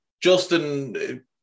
Justin